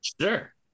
Sure